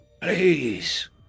please